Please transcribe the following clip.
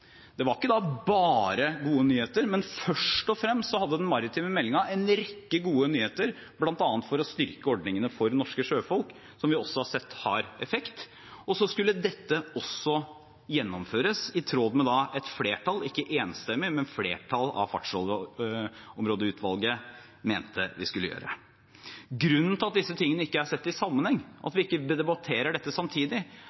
Det var ikke bare gode nyheter, men først og fremst hadde den maritime meldingen en rekke gode nyheter, bl.a. for å styrke ordningene for norske sjøfolk, som vi også har sett har effekt. Så skulle dette gjennomføres i tråd med hva et flertall – ikke enstemmig, men et flertall – av Fartsområdeutvalget mente vi skulle gjøre. Grunnen til at disse tingene ikke er sett i sammenheng, at